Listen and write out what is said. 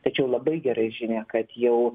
tačiau labai gera žinia kad jau